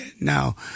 now